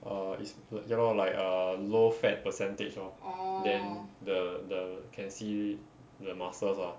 err is th~ ya lor like err low fat percentage lor then the the can see the muscles lah